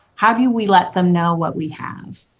how do we let them know what we have?